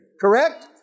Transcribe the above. Correct